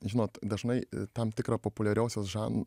žinot dažnai tam tikrą populiariosios žan